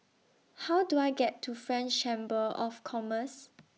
How Do I get to French Chamber of Commerce